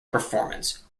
performance